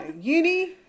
uni